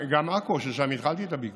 גם בעכו, ששם התחלתי את הביקור.